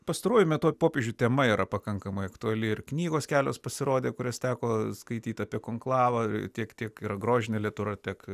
pastaruoju metu popiežių tema yra pakankamai aktuali ir knygos kelios pasirodė kurias teko skaityti apie konklavą tiek tiek yra grožinė literatūra tiek